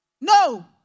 No